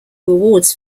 awards